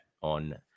on